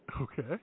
Okay